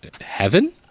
heaven